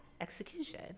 execution